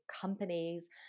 companies